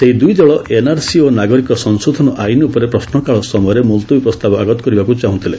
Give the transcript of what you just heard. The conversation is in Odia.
ସେହି ଦୁଇ ଦଳ ଏନ୍ଆର୍ସି ଓ ନାଗରିକ ସଂଶୋଧନ ଆଇନ ଉପରେ ପ୍ରଶ୍ନକାଳ ସମୟରେ ମୁଲତବୀ ପ୍ରସ୍ତାବ ଆଗତ କରିବାକୁ ଚାହୁଁଥିଲେ